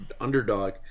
underdog